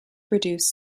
produce